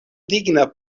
digna